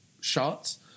shots